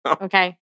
Okay